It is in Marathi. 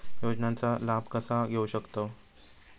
योजनांचा लाभ कसा घेऊ शकतू?